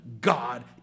God